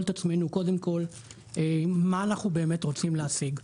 את עצמנו קודם כל מה אנחנו באמת רוצים להשיג.